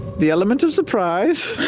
the element of surprise,